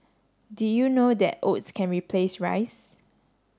did you know that oats can replace rice